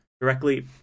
directly